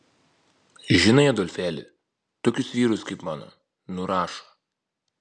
žinai adolfėli tokius vyrus kaip mano nurašo